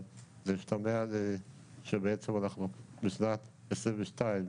אבל זה משתמע שבשנת 22'